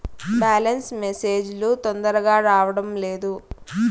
Balance message లు తొందరగా రావడం లేదు?